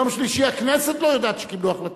ביום שלישי הכנסת לא יודעת שקיבלו החלטה,